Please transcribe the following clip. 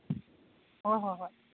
ꯍꯣꯏ ꯍꯣꯏ ꯍꯣꯏ